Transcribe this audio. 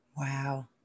Wow